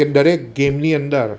કે દરેક ગેમની અંદર